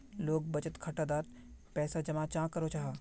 लोग बचत खाता डात पैसा जमा चाँ करो जाहा?